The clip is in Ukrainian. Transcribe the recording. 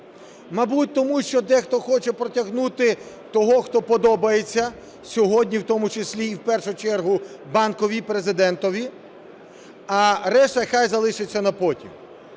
Мабуть тому, що дехто хоче протягнути того, хто подобається сьогодні, в тому числі і в першу чергу Банковій і Президентові, а решта хай залишаться на потім.